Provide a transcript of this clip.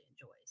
enjoys